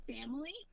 family